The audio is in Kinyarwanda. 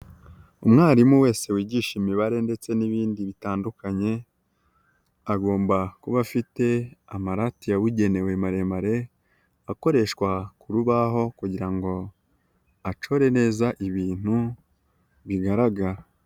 Umwarimu wese wigisha imibare ndetse n'ibindi bitandukanye, agomba kuba afite amarati yabugenewe maremare, akoreshwa ku rubaho kugira ngo acore neza ibintu bigaragara.